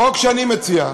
החוק שאני מציע,